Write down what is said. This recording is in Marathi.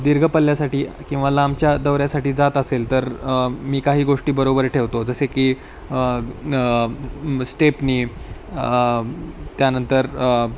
दीर्घ पल्ल्यासाठी किंवा लांबच्या दौऱ्यासाठी जात असेल तर मी काही गोष्टी बरोबर ठेवतो जसे की स्टेपनी त्यानंतर